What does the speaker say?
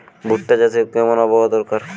ভুট্টা চাষে কেমন আবহাওয়া দরকার?